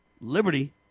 liberty